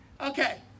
Okay